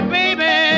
baby